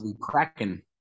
Kraken